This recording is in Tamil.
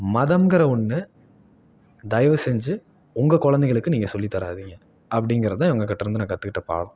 மதங்கிற ஒன்று தயவு செஞ்சு உங்கள் குழந்தைங்களுக்கு நீங்கள் சொல்லித்தராதிங்க அப்படிங்கிறதுதான் இவங்க கிட்டே இருந்து நான் கற்றுக்கிட்ட பாடம்